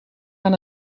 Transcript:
aan